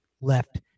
left